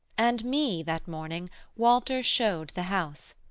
and me that morning walter showed the house,